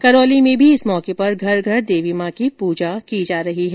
करौली में भी इस मौके पर घर घर देवी मां की पूजा की जा रही है